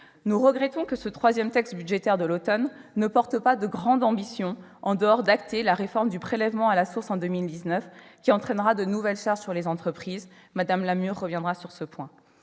Nous regrettons que ce troisième texte budgétaire de l'automne ne porte pas de grande ambition, si ce n'est d'acter la réforme du prélèvement à la source en 2019, qui entraînera de nouvelles charges pour les entreprises. Mme Lamure reviendra sur ce point.